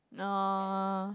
no